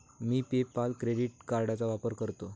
मी PayPal credit कार्डचा वापर करतो